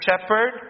Shepherd